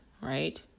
right